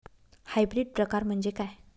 Hybrid प्रकार म्हणजे काय?